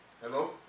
Hello